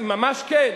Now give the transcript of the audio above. ממש כן.